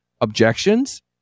objections